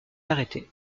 arrêté